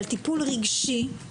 על טיפול רגשי.